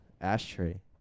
Ashtray